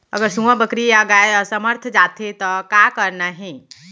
अगर सुअर, बकरी या गाय असमर्थ जाथे ता का करना हे?